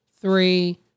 three